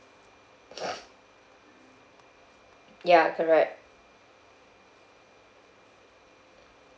ya correct